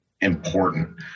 important